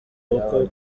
ubukwe